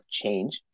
change